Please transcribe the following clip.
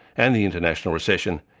and the international recession,